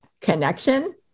connection